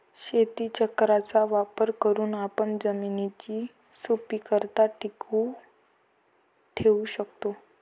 शेतीचक्राचा वापर करून आपण जमिनीची सुपीकता टिकवून ठेवू शकतो